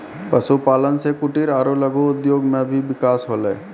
पशुपालन से कुटिर आरु लघु उद्योग मे भी बिकास होलै